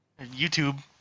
YouTube